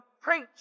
preach